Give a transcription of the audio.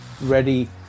ready